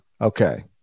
Okay